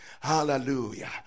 Hallelujah